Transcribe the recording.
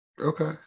Okay